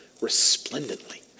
resplendently